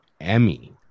Emmy